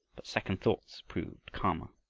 but second thoughts proved calmer.